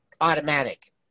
Automatic